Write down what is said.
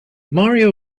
mario